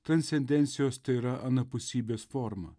transcendencijos tai yra anapusybės forma